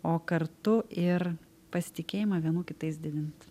o kartu ir pasitikėjimą vienų kitais didint